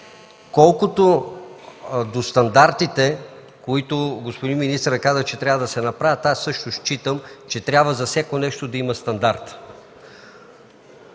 Колкото до стандартите, за които господин министърът каза, че трябва да се направят, аз също считам, че за всяко нещо трябва да има стандарт.